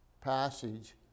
passage